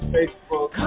Facebook